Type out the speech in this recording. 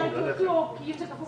אנחנו חייבים לסכם כי יש לנו שתי דקות.